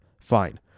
fine